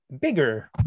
bigger